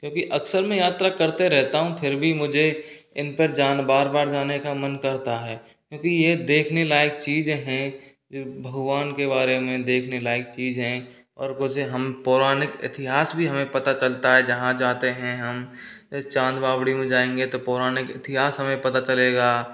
क्योंकि अकसर मैं यात्रा करता रहता हूँ फिर भी मुझे इन पर जान बार बार जाने का मन करता है क्योंकि ये देखने लायक चीज हैं जो भगवान के बारे में देखने लायक चीज हैं पौराणिक इतिहास भी हमें पता चलता है जहाँ जाते हैं हम चाँद बावड़ी में जाएँगे तो पौराणिक इतिहास हमे पता चलेगा